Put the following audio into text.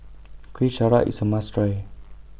Kuih Syara IS A must Try